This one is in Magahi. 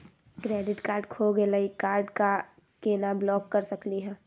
क्रेडिट कार्ड खो गैली, कार्ड क केना ब्लॉक कर सकली हे?